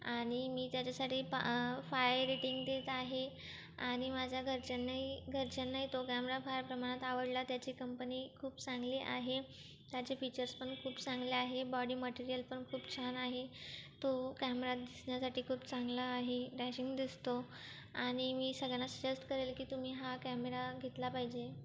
आणि मी त्याच्यासाठी पा फाय रेटिंग देत आहे आणि माझ्या घरच्यांनाही घरच्यांनाही तो कॅमेरा फार प्रमाणात आवडला त्याची कंपनी खूप चांगली आहे त्याचे फीचर्स पण खूप चांगले आहे बॉडी मटेरियल पण खूप छान आहे तो कॅमेरा दिसण्यासाठी खूप चांगला आहे डॅशिंग दिसतो आणि मी सगळ्यांना सेस्ट करेल की तुम्ही हा कॅमेरा घेतला पाहिजे